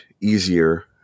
easier